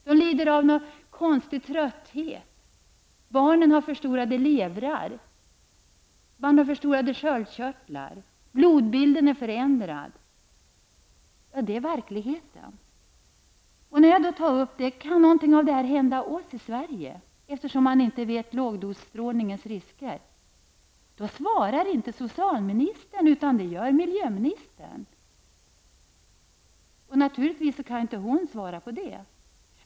De lider av någon konstig trötthet, barnen har förstorade levrar, man har förstorade sköldkörtlar, blodbilden är förändrad. Detta är verkligheten. När jag tar upp frågan om något av detta kan hända oss i Sverige -- vi känner inte till riskerna av lågdosstrålning -- svarar inte socialministern. I stället svarar miljöministern. Hon kan naturligtvis inte svara på det.